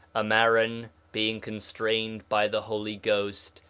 ammaron, being constrained by the holy ghost,